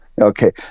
okay